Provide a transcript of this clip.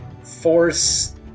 Force